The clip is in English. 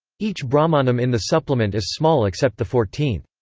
each brahmanam in the supplement is small except the fourteenth.